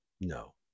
no